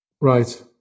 right